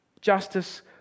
Justice